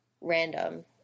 random